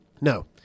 No